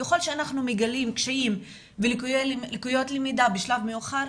ככל שאנחנו מגלים קשיים ולקויות למידה בשלב מאוחר,